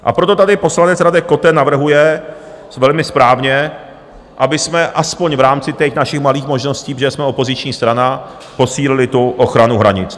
A proto tady poslanec Radek Koten navrhuje velmi správně, abychom alespoň v rámci těch našich malých možností, protože jsme opoziční strana, posílili tu ochranu hranic.